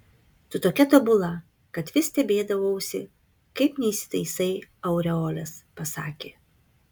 tu tokia tobula kad vis stebėdavausi kaip neįsitaisai aureolės pasakė